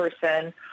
person